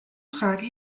trage